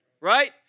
right